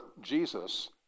Jesus